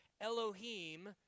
Elohim